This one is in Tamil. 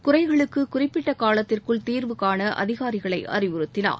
குறைகளுக்கு குறிப்பிட்ட காலத்திற்குள் தீர்வுகான அதிகாரிகளை அறிவுறுத்தினார்